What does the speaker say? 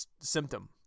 symptom